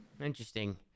Interesting